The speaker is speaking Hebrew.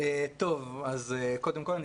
קודם כול,